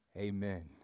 Amen